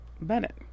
Bennett